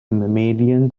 mammalian